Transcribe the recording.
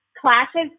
classes